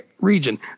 region